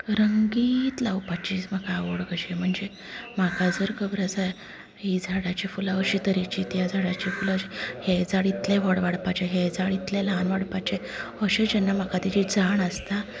रंगीत लावपाची म्हाका आवड कशीं म्हणजे म्हाका जर खबर आसा ही झाडांची फुलां अशें तरेचीं त्या झाडांची फुलां तशी हे झाड इतले व्हड वाडपाचे हे झाड इतले ल्हान वाडपाचे अशें जेन्ना म्हाका तेची जाण आसता